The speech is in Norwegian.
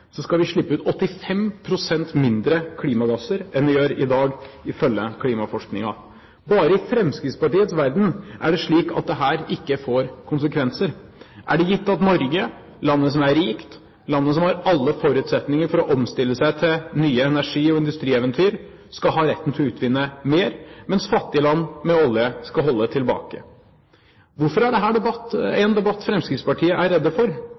skal vi slippe ut 85 pst. mindre klimagasser enn vi gjør i dag, ifølge klimaforskningen. Bare i Fremskrittspartiets verden er det slik at dette ikke får konsekvenser. Er det gitt at Norge, landet som er rikt, landet som har alle forutsetninger for å omstille seg til nye energi- og industrieventyr, skal ha retten til å utvinne mer, mens fattige land med olje skal holdes tilbake? Hvorfor er dette en debatt Fremskrittspartiet er redd for?